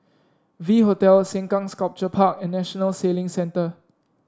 V Hotel Sengkang Sculpture Park and National Sailing Centre